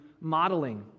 modeling